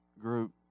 group